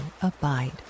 abide